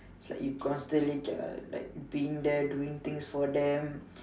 it's like you constantly uh like being there doing things for them